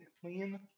clean